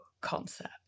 concept